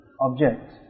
object